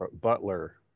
Butler